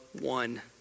one